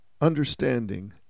understanding